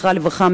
זכרה לברכה,